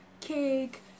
cake